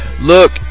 look